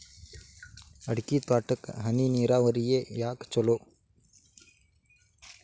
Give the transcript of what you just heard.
ಅಡಿಕೆ ತೋಟಕ್ಕ ಹನಿ ನೇರಾವರಿಯೇ ಯಾಕ ಛಲೋ?